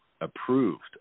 approved